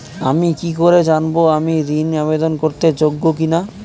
আমি কি করে জানব আমি ঋন আবেদন করতে যোগ্য কি না?